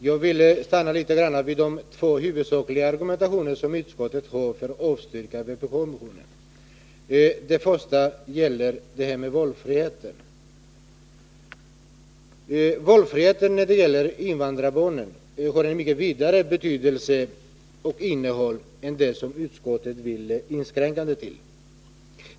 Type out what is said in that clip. Herr talman! Jag vill stanna litet grand vid de två huvudsakliga argument som utskottet anför för avstyrkandet av vpk-motionen. Det första gäller detta med valfriheten. Valfriheten för invandrarbarnen har ett mycket vidare innehåll än vad utskottet vill inskränka det till.